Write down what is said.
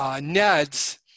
Ned's